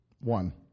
one